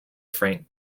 frank